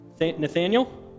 Nathaniel